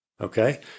Okay